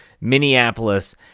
Minneapolis